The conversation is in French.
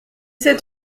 sept